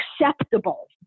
acceptable